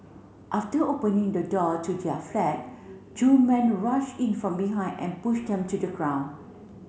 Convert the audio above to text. after opening the door to their flat two men rushed in from behind and pushed them to the ground